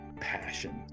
passion